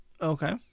Okay